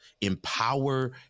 empower